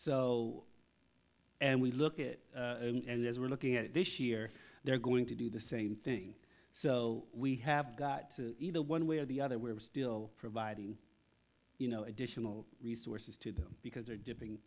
so and we look at it and as we're looking at it this year they're going to do the same thing so we have got either one way or the other we're still providing you know additional resources to them because they're dipping